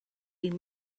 would